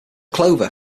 clover